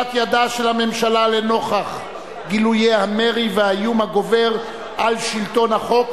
אוזלת ידה של הממשלה לנוכח גילויי המרי והאיום הגובר על שלטון החוק,